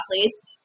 athletes